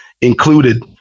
included